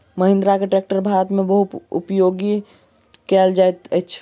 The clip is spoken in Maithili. महिंद्रा के ट्रेक्टर भारत में बहुत उपयोग कयल जाइत अछि